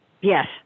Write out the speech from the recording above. Yes